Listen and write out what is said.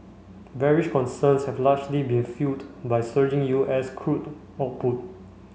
bearish concerns have largely been fuelled by surging U S crude output